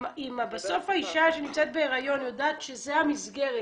אם בסוף האישה שנמצאת בהריון יודעת שזו המסגרת,